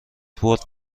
برد